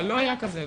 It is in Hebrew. ולא היה כזה.